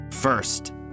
First